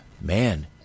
man